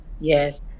Yes